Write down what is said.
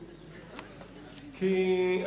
כי,